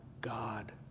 God